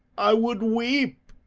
i would weep!